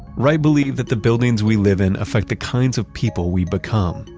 wright believed that the buildings we live in affect the kinds of people we become,